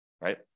right